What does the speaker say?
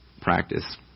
practice